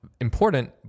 important